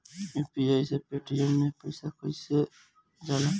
UPI से Paytm मे पैसा कइसे जाला?